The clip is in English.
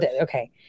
Okay